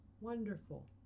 wonderful